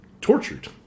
tortured